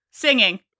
singing